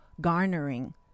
garnering